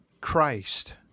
Christ